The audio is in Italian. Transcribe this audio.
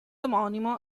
omonimo